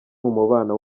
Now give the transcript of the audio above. umubonano